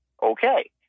Okay